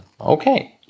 Okay